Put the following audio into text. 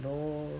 no